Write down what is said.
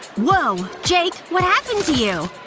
whoa. jake. what happened to you?